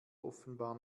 offenbar